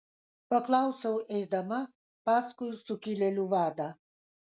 paklausiau eidama paskui sukilėlių vadą